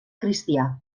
cristià